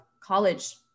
college